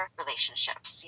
relationships